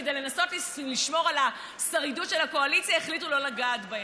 כדי לנסות לשמור על השרידות של הקואליציה החליטו לא לגעת בהם.